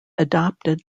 adopted